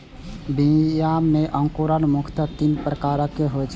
बीया मे अंकुरण मुख्यतः तीन प्रकारक होइ छै